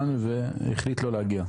הוזמן והחליט לא להגיע.